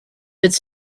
its